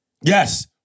Yes